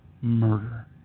murder